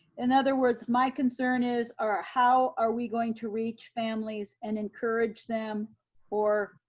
in other words, my concern is, or how are we going to reach families and encourage them for,